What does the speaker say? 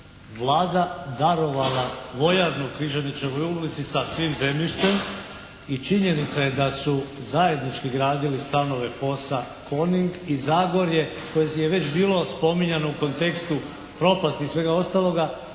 Vlada darovala vojarnu u Križanićevoj ulici sa svim zemljištem i činjenica je da su zajednički gradili stanove POS-a "Coning" i "Zagorje" koje je već bilo spominjano u kontekstu propasti i svega ostaloga,